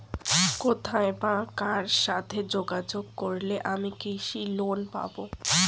কোথায় বা কার সাথে যোগাযোগ করলে আমি কৃষি লোন পাব?